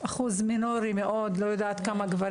אחוז מינורי מאוד של גברים.